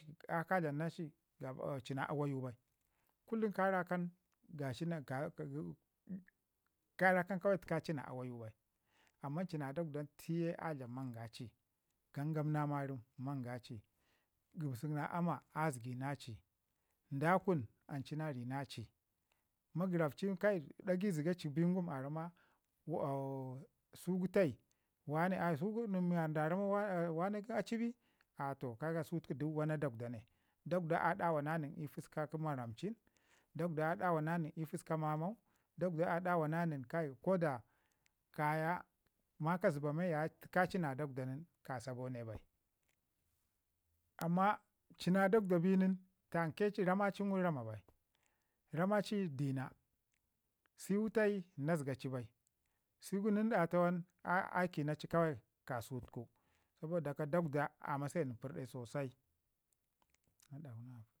Ka dlam na ci ci na awayu bai kullum ka rakan gashi nan ka rakan təka ci na awayu bai, amman li na dakwdon tiye a dlaɓ manga ci gangam na marən manga ci, gamsək na ama a zəgi na ci, ndakun an ci na ri na ci, magərafcin ɗagai zəka ci bi yaye aramma suku tai, wane suku nin da ramma wane a ci bi. A toh ke ka du su duk wana dakwda ne. Dakwda a dawana nən i pəska kə maraiin, dakwda a dawa na nən i pəska mamau, dakwda a dawana nən kai ko da kaya maga zəba men təka ci na dakɗon ka sa bone bai. Amma ci na dakwda bi nin tanke ci rama ci ngum rama ba rama ci dina, seu tai na zəga ci, bai sen gu nən ɗatawan aiki na ci kawai kasutuku saboda haka dakwda a mase nin pərdai sosai.